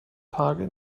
tage